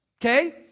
okay